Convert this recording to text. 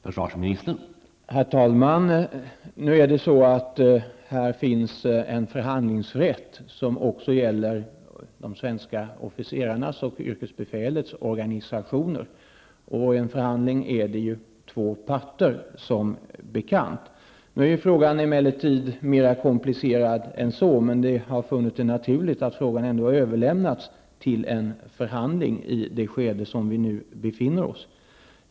Herr talman! Här finns en förhandlingsrätt, som också gäller de svenska officerarnas och yrkesbefälens organisationer. I en förhandling finns som bekant två parter. Frågan är emellertid mera komplicerad än så, men det har befunnits naturligt att frågan ändå överlämnas till en förhandling i det skede som vi nu befinner oss i.